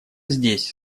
здесь